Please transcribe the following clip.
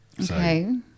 Okay